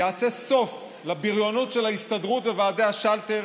יעשה סוף לבריונות של ההסתדרות וועדי השלטר.